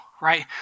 right